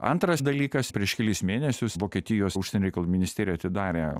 antras dalykas prieš kelis mėnesius vokietijos užsienio reikalų ministerija atidarę